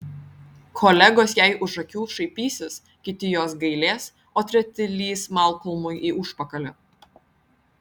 kolegos jai už akių šaipysis kiti jos gailės o treti lįs malkolmui į užpakalį